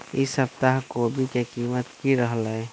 ई सप्ताह कोवी के कीमत की रहलै?